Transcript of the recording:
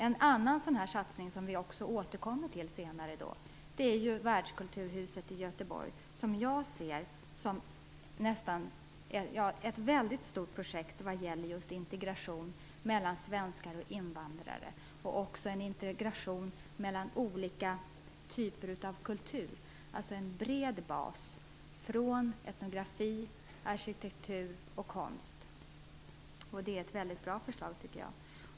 En annan satsning, som vi återkommer till, är världskulturmuseet i Göteborg, som jag ser som ett stort projekt vad gäller integration av svenskar och invandrare och också en integration av olika typer av kultur, dvs. en bred bas från etnografi till arkitektur och konst. Det är ett bra förslag, tycker jag.